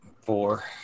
Four